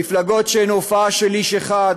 מפלגות שהן מופע של איש אחד,